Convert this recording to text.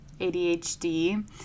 ADHD